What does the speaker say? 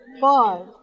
Five